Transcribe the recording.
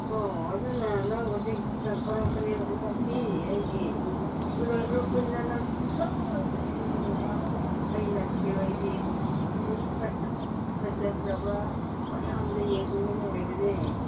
ꯑꯣ ꯑꯗꯨꯅ ꯅꯪ ꯍꯧꯖꯤꯛ ꯆꯠꯊꯣꯔꯛꯄꯅꯤꯅ ꯍꯟꯗꯛꯇꯤ ꯑꯩꯒꯤ ꯁꯤꯔꯣꯏ ꯎꯈ꯭ꯔꯨꯜꯗ ꯅꯪ ꯁꯨꯡꯁꯣꯏ ꯁꯣꯏꯗꯅ ꯂꯥꯛꯑꯣ ꯑꯩꯅ ꯁꯤꯔꯣꯏꯒꯤ ꯁꯤꯅꯔꯤ ꯐꯖ ꯐꯖꯈ꯭ꯔꯕ ꯃꯌꯥꯝꯗꯣ ꯌꯦꯡꯍꯟꯒꯗꯣꯔꯤꯕꯅꯦ